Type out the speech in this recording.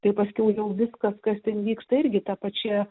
tai paskiau jau viskas kas ten vyksta irgi ta pačia